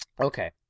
Okay